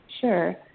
Sure